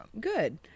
Good